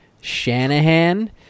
Shanahan